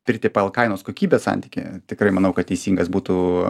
pirkti pagal kainos kokybės santykį tikrai manau kad teisingas būtų